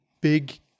big